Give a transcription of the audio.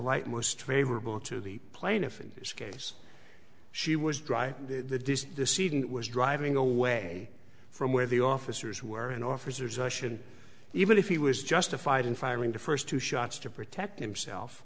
light most favorable to the plaintiff in this case she was driving the seating was driving away from where the officers were and officers russian even if he was justified in firing the first two shots to protect himself